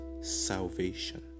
salvation